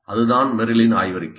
அதுதான் மெர்ரிலின் ஆய்வறிக்கை